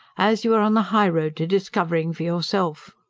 as you are on the high road to discovering for yourself.